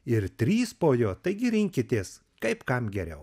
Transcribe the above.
ir trys po jo taigi rinkitės kaip kam geriau